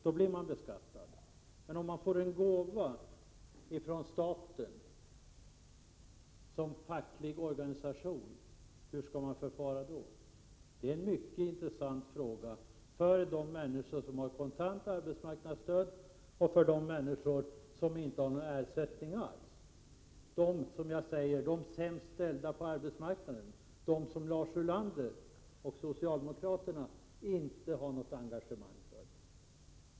Om däremot en facklig 109 organisation får en gåva från staten, hur skall då denna fackliga organisation förfara? Det är en mycket intressant fråga för de människor som har kontant arbetsmarknadsstöd och för de människor som inte har någon ersättning alls, de som jag kallar för de sämst ställda på arbetsmarknaden och de som Lars Ulander och övriga socialdemokrater inte engagerar sig för.